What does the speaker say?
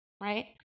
right